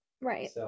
Right